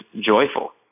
joyful